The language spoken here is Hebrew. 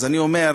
אז אני אומר: